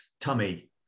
tummy